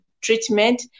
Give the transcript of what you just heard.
treatment